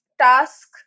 Task